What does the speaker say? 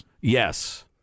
Yes